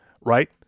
right